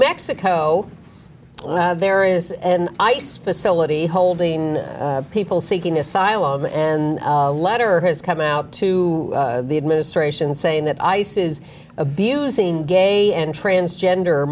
mexico there is an ice facility holding people seeking asylum and letter has come out to the administration saying that ice is abusing gay and transgender